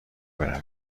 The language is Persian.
برویم